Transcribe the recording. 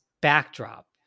backdrop